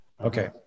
Okay